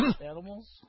animals